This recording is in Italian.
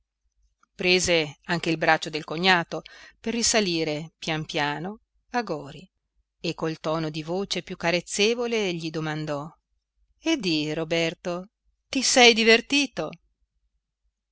prese anche il braccio del cognato per risalire pian piano a gori e col tono di voce più carezzevole gli domandò e di roberto ti sei divertito